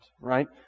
Right